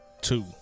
two